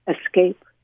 escape